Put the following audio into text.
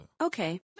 Okay